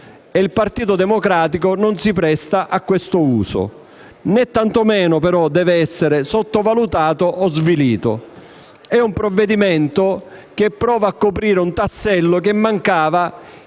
(il Partito Democratico non si presta a questo uso); tantomeno esso deve essere sottovalutato o svilito. È un provvedimento che prova a coprire un tassello che mancava